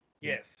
Yes